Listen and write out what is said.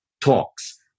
talks